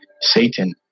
Satan